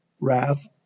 Wrath